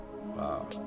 Wow